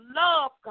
love